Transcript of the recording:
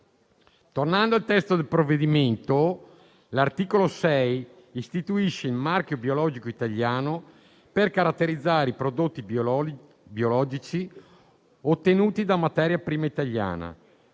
Tornando al testo del provvedimento, l'articolo 6 istituisce il marchio biologico italiano per caratterizzare i prodotti biologici ottenuti da materia prima italiana,